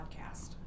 podcast